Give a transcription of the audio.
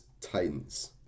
Titans